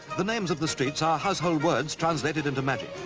the names of the streets are household words translated into magic.